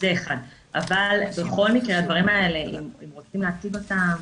בכל מקרה, הדברים האלה, אם רוצים להציג אותם,